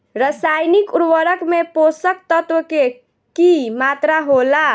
रसायनिक उर्वरक में पोषक तत्व के की मात्रा होला?